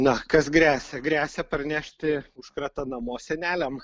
na kas gresia gresia parnešti užkratą namo seneliam